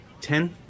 Ten